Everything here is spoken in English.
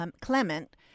Clement